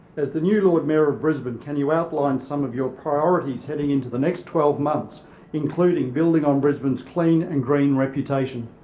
as the new lord mayor of brisbane can you outline some of your priorities heading into the next twelve months including building on brisbane's clean and green reputation?